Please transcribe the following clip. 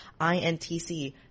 INTC